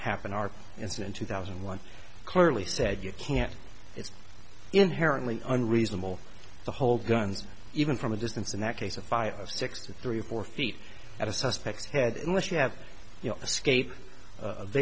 happen are as in two thousand and one clearly said you can't it's inherently unreasonable to hold guns even from a distance in that case a five six to three or four feet at a suspect head unless you have a skate of